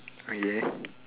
okay